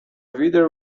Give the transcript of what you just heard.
wider